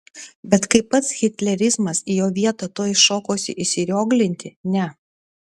bet kai pats hitlerizmas į jo vietą tuoj šokosi įsirioglinti ne